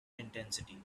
intensity